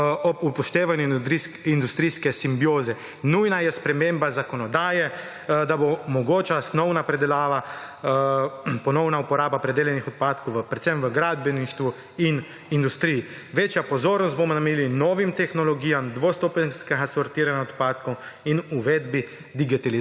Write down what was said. ob upoštevanju industrijske simbioze. Nujna je sprememba zakonodaje, da bo mogoča osnovna predelava, ponovna uporaba predelanih odpadkov predvsem v gradbeništvu in industriji. Večjo pozornost bomo namenili novim tehnologijam dvostopenjskega sortiranja odpadkov in uvedbi digitalizacije,